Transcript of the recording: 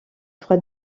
trois